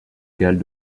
galles